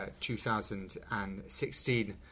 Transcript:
2016